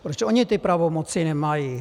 Proč oni ty pravomoci nemají?